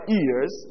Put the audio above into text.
ears